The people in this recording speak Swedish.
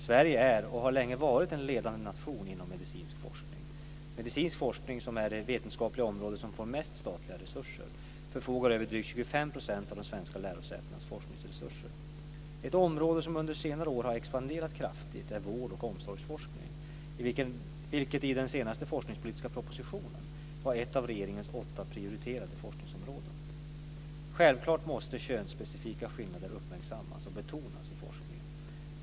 Sverige är, och har länge varit, en ledande nation inom medicinsk forskning. Medicinsk forskning, som är det vetenskapliga område som får mest statliga resurser, förfogar över drygt 25 % av de svenska lärosätenas forskningsresurser. Ett område som under senare år har expanderat kraftigt är vård och omsorgsforskning, vilket i den senaste forskningspolitiska propositionen var ett av regeringens åtta prioriterade forskningsområden. Självklart måste könsspecifika skillnader uppmärksammas och betonas i forskningen.